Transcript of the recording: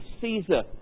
Caesar